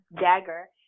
dagger